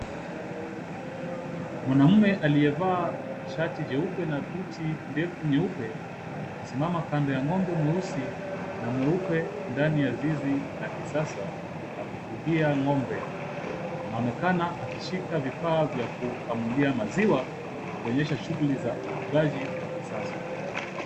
Mwanamume aliyevaa shati jeupe na buti ndefu nyeupe, akisimama kando ya ng'ombe mweusi na mweupe ndani ya zizi la kisasa la kufugia ng'ombe. Anaonekena akishika vifaa vya kukamulia maziwa akionyesha shughuli za ufugaji wa kisasa.